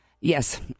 Yes